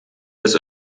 des